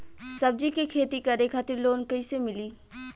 सब्जी के खेती करे खातिर लोन कइसे मिली?